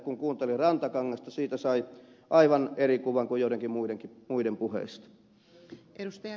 kun kuunteli rantakangasta siitä sai aivan eri kuvan kuin joidenkin muiden puheista